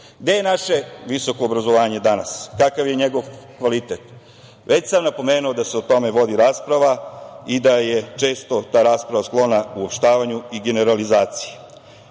je naše visoko obrazovanje danas? Kakav je njegov kvalitet? Već sam napomenuo da se o tome vodi rasprava i da je često ta rasprava sklona uopštavanju i generalizaciji.